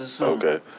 Okay